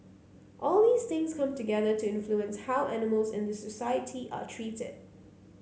all these things come together to influence how animals in the society are treated